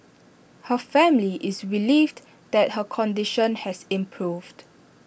her family is relieved that her condition has improved